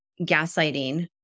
gaslighting